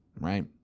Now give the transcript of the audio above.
Right